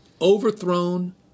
Overthrown